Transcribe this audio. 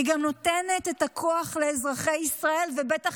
היא גם נותנת את הכוח לאזרחי ישראל ובטח